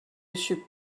monsieur